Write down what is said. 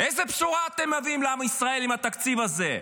איזו בשורה אתם מביאים לעם ישראל עם התקציב הזה?